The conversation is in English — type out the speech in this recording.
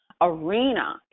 arena